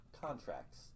contracts